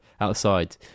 outside